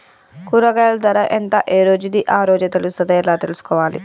కూరగాయలు ధర ఎంత ఏ రోజుది ఆ రోజే తెలుస్తదా ఎలా తెలుసుకోవాలి?